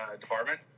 department